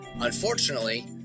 Unfortunately